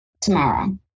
Tomorrow